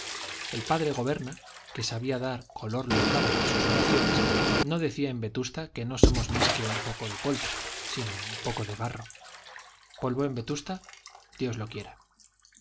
el padre goberna que sabía dar color local a sus oraciones no decía en vetusta que no somos más que un poco de polvo sino un poco de barro polvo en vetusta dios lo diera